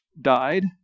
died